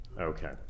Okay